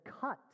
cut